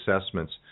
assessments